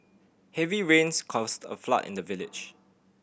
heavy rains caused a flood in the village